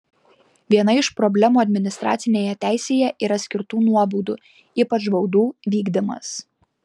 viena iš problemų administracinėje teisėje yra skirtų nuobaudų ypač baudų vykdymas